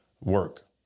work